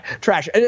trash